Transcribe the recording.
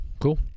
cool